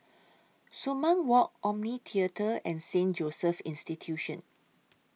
Sumang Walk Omni Theatre and Saint Joseph's Institution